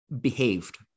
behaved